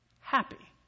Happy